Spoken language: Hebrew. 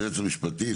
היועץ המשפטי,